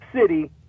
city